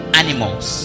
animals